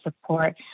support